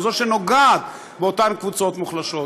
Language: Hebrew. זו שנוגעת באותן קבוצות מוחלשות.